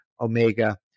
omega